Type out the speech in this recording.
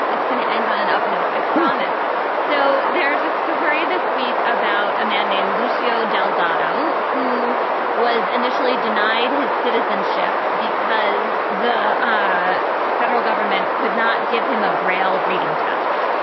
it's going to end on an up note, i promise so there's a story this week about a man named lucio delgado, who was initially denied his citizenship because the federal government could not give him a braille reading test.